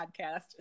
podcast